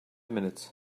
minutes